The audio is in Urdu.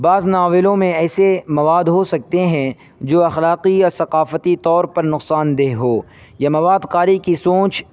بعض ناولوں میں ایسے مواد ہو سکتے ہیں جو اخلاقی یا ثقافتی طور پر نقصان دہ ہوں یہ مواد قاری کی سوچ